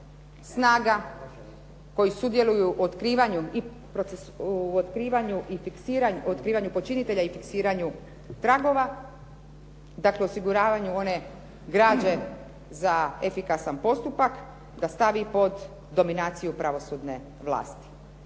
snaga koji sudjeluju u otkrivanju počinitelja i fiksiranju tragova, dakle osiguravanju one građe za efikasan postupak da stavi pod dominaciju pravosudne vlasti.